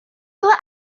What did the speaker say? ble